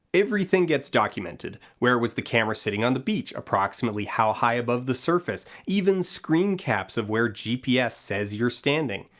everything gets documented where was the camera sitting on the beach, approximately how high above the surface, even screencaps of where gps says you're standing.